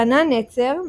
רנן נצר,